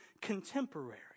contemporary